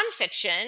nonfiction